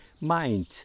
mind